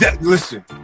Listen